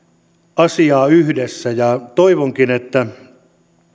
asiaa yhdessä ja toivonkin että